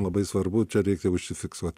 labai svarbu čia reikia užsifiksuot